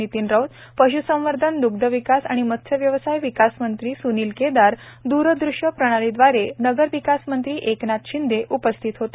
नितीन राऊत पश्संवर्धन दुग्धविकास आणि मत्स्यव्यवसाय विकास मंत्री सूनील केदार दूरदृश्यप्रणालीद्वारेनगरविकास मंत्री एकनाथ शिंदे उपस्थित होते